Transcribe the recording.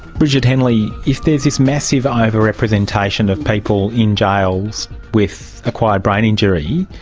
brigid henley, if there is this massive overrepresentation of people in jails with acquired brain injury,